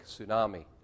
tsunami